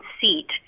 seat